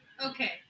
Okay